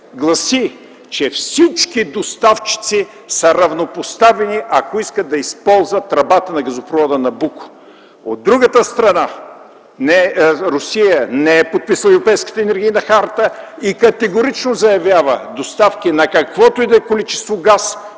гласи, че всички доставчици са равнопоставени, ако искат да използват тръбата на газопровода „Набуко”. От другата страна, Русия не е подписала Европейската енергийна харта и категорично заявява доставки на каквото и да е количество газ